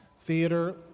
theater